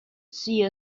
see